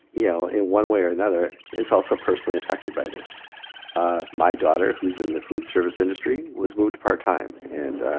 you know in one way or another, is also personally affected by this my daughter who's in the foodservice industry was moved to part-time and